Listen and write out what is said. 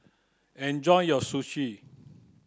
enjoy your Sushi